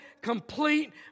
complete